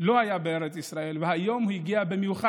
הוא לא היה בארץ ישראל, והיום הוא הגיע במיוחד